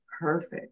perfect